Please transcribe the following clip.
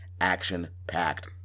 action-packed